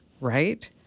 right